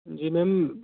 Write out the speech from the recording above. जी ma'am